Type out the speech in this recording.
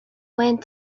went